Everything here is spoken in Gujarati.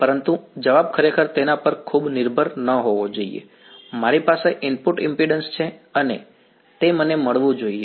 પરંતુ જવાબ ખરેખર તેના પર ખૂબ નિર્ભર ન હોવો જોઈએ મારી પાસે ઇનપુટ ઈમ્પિડન્સ છે અને તે મને મળવું જોઈએ